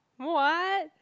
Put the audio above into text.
what